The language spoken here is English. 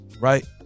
Right